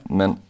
men